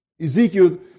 Ezekiel